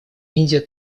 индия